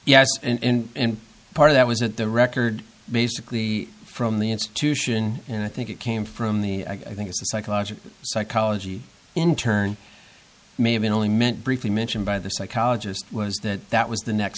yes and part of that was that the record basically from the institution and i think it came from the i think it's a psychological psychology in turn may have been only meant briefly mentioned by the psychologist was that that was the next